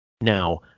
Now